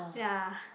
ya